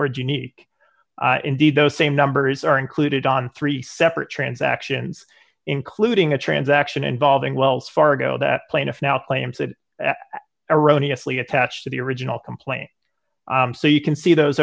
word unique indeed those same numbers are included on three separate transactions including a transaction involving wells fargo that plaintiff now claims that erroneous lea attached to the original complaint so you can see those